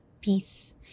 peace